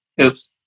oops